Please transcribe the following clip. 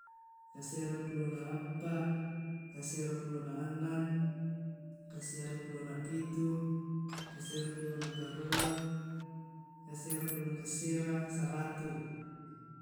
kassera pulona appa, kassera pulona annang, kassera pulona pitu, kassera pulona karua, kassera pulona kassera, saratu'